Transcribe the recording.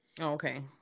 Okay